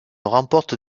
remporte